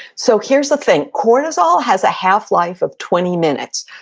so here's the thing, cortisol has a half-life of twenty minutes,